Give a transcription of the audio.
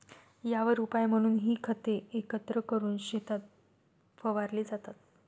यावर उपाय म्हणून ही खते एकत्र करून शेतात फवारली जातात